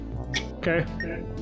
Okay